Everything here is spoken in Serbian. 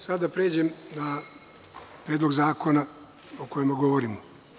Sada da pređemo na Predlog zakona o kome govorimo.